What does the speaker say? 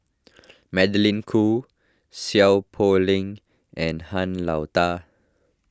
Magdalene Khoo Seow Poh Leng and Han Lao Da